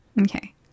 Okay